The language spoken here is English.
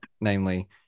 namely